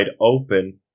open